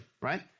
right